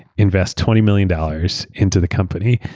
invested twenty million dollars into the company.